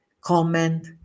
comment